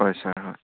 হয় ছাৰ হয়